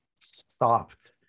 stopped